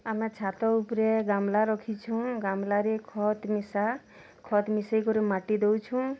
ଆମ ଛାତ ଉପରେ ଗାମ୍ଲା ରଖିଛୁଁ ଗାମ୍ଲାରେ ଖତ୍ ମିଶା ଖତ୍ ମିଶେଇକିର ମାଟି ଦଉଛୁଁ